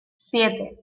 siete